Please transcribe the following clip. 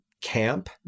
camp